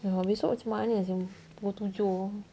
esok macam mana seh pukul tujuh